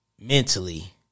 Mentally